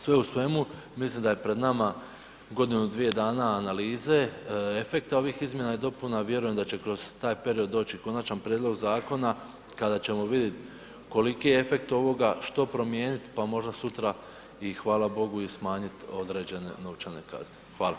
Sve u svemu mislim da je pred nama godinu dvije dana analize, efekta ovih izmjena i dopuna, vjerujem da će kroz taj period doći i Konačan prijedlog zakona kada ćemo vidjet koliki je efekt ovoga, što promijenit, pa možda sutra i hvala Bogu i smanjit određene novčane kazne.